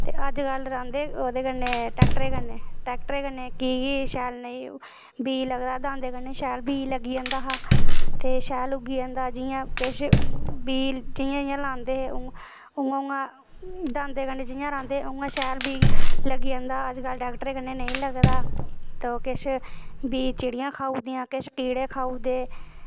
ते अजकल रांह्दे ओह्दे कन्नै ट्रैक्टरै कन्नै ट्रैक्टरै कन्नै की कि शैल नेईं बीऽ लगदा दांदें कन्नै शैल बीऽ लग्गी जंदा हा ते शैल उग्गी जंदा जि'यां किश बी जि'यां जि'यां लांदे हे उ'आं उ'आं दांदें कन्नै जि'यां राह्नदे उय्यां शैल बी लग्गी जंदा अज्ज्कल टैक्टरे कन्नै नेईं लगदा तो किश बी चिड़ियां खाऊ दियां किश कीड़े खाऊ दे